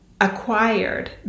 acquired